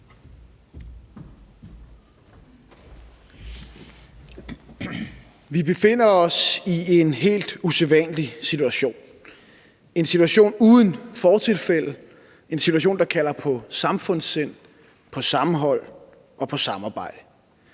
Vi befinder os i en helt usædvanlig situation, en situation uden fortilfælde, en situation, der kalder på samfundssind, på sammenhold og på samarbejde.